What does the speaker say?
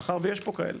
מאחר ויש פה כאלה.